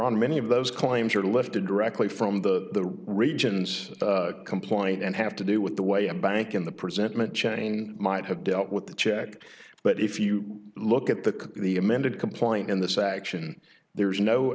own many of those claims are lifted directly from the regions complaint and have to do with the way a bank in the presentment chain might have dealt with the check but if you look at the the amended complaint in this action there is no